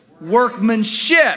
workmanship